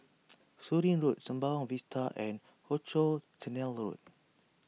Surin Road Sembawang Vista and Rochor Canal Road